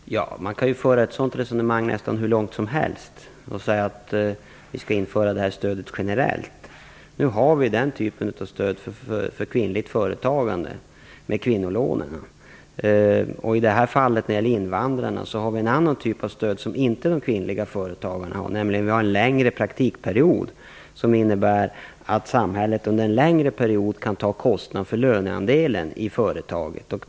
Fru talman! Man kan föra ett sådant resonemang nästan hur långt som helst och säga att vi skall införa det här stödet generellt. Nu har vi en typ av stöd för kvinnligt företagande - kvinnolån. När det gäller invandrarna har vi en annan typ av stöd som de kvinnliga företagarna inte har, nämligen praktikperiod. Det innebär att samhället under en längre period kan ta kostnaden för löneandelen i företag.